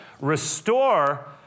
Restore